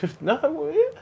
No